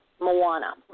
Moana